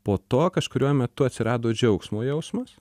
po to kažkuriuo metu atsirado džiaugsmo jausmas